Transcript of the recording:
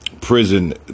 Prison